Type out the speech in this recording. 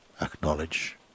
acknowledge